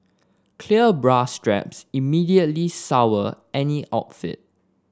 clear bra straps immediately sour any outfit